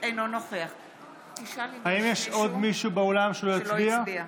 אינו נוכח האם יש עוד מישהו באולם שלא הצביע?